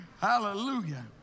Hallelujah